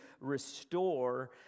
restore